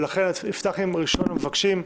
ולכן נפתח עם ראשון המבקשים,